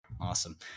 Awesome